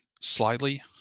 slightly